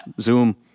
Zoom